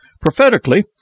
Prophetically